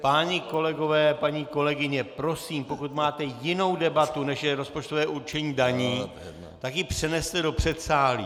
Páni kolegové a paní kolegyně, prosím, pokud máte jinou debatu, než je rozpočtové určení daní, tak ji přeneste do předsálí.